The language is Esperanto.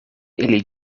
ili